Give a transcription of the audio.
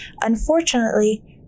Unfortunately